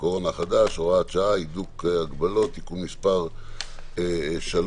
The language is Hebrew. הקורונה החדש (הוראת שעה)(הידוק הגבלות)(תיקון מס' 3)